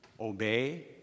obey